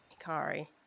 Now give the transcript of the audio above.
Ikari